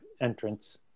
entrance